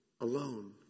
alone